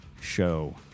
show